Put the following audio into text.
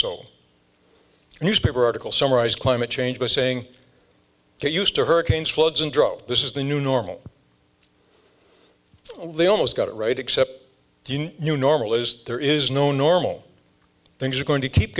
soul newspaper article summarized climate change by saying they used to hurricanes floods and drop this is the new normal they almost got it right except the new normal as there is no normal things are going to keep